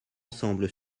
ensemble